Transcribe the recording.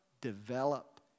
develop